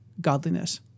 godliness